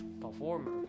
performer